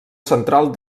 central